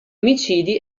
omicidi